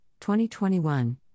2021